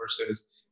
versus